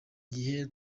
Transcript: gihe